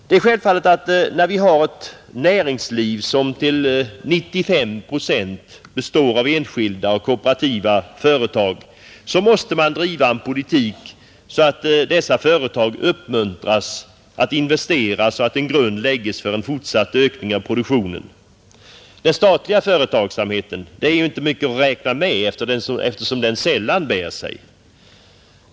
Det är självfallet att när vi har ett näringsliv som till 95 procent består av enskilda och kooperativa företag, måste man driva en sådan politik att dessa företag uppmuntras att investera så att en grund läggs för fortsatt ökning av produktionen. Den statliga företagsamheten är ju inte mycket att räkna med, eftersom den sällan bär sig.